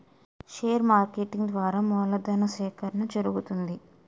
share marketing ద్వారా మూలధను సేకరణ జరుగుతుంది